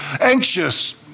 anxious